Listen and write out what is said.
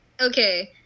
okay